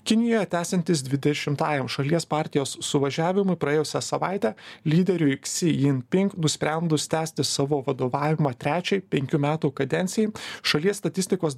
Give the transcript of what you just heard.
kinijoje tęsiantis dvidešimtajam šalies partijos suvažiavimui praėjusią savaitę lyderiui ksi jinping nusprendus tęsti savo vadovavimą trečiai penkių metų kadencijai šalies statistikos